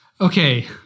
Okay